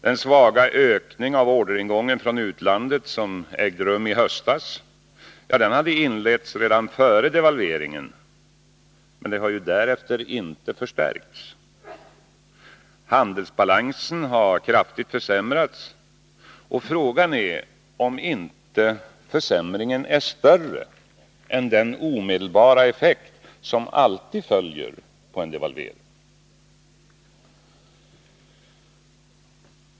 Den svaga ökning av orderingången från utlandet som ägde rum i höstas hade inletts redan före devalveringen, men den har därefter inte förstärkts. Handelsbalansen har kraftigt försämrats, och frågan är om inte försämringen är större än den omedelbara effekt som alltid följer på en devalvering.